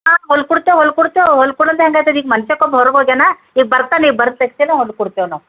ಹಾಂ ಹೊಲ್ಕೊಡ್ತೇವೆ ಹೊಲ್ಕೊಡ್ತೇವೆ ಹೊಲ್ಕೊಡದು ಹೇಗಾಯ್ತದ ಈಗ ಮನುಷ್ಯ ಸ್ವಲ್ಪ ಹೊರಗೆ ಹೋಗ್ಯಾನ ಈಗ ಬರ್ತಾನೆ ಈಗ ಬರ್ತ ತಕ್ಷಣ ಹೊಲ್ಕೊಡ್ತೇವೆ ನಾವು